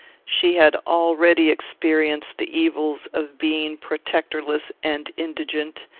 she had already experienced the evils of being protectorless and indigent,